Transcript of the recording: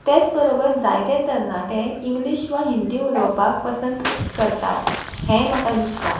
तेच बरोबर जायते तरणाटे इंग्लीश वा हिंदी उलोवपाक पसंत करतात हें म्हाका दिसता